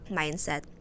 mindset